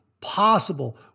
possible